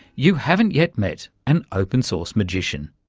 you haven't yet met an open-source magician.